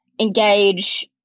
engage